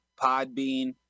Podbean